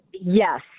Yes